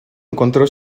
encontró